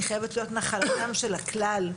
היא חייבת להיות נחלתם של הכלל,